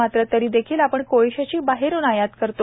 मात्र तरीदेखील आपण कोळशाची बाहेरून आयात करतो